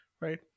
right